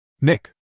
Nick